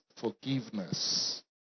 forgiveness